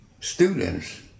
students